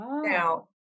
Now